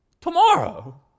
Tomorrow